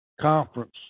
conference